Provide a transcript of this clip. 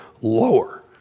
lower